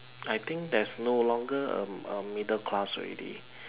I think there's no longer a a middle class already